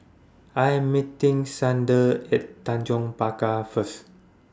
I Am meeting Xander At Tanjong Pagar First